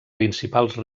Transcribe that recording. principals